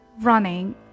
running